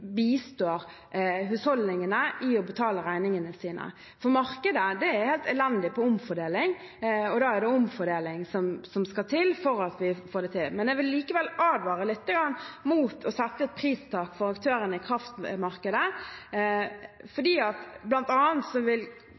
bistår husholdningene i å betale regningene sine. Markedet er helt elendig på omfordeling, og da er det omfordeling som skal til for at vi får det til. Jeg vil likevel advare litt mot å sette et pristak for aktørene i kraftmarkedet. Et eksempel kan være at produsentene f.eks. ved et pristak vil